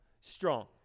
strong